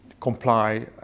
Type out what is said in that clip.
comply